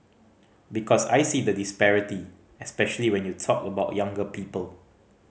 because I see the disparity especially when you talk about younger people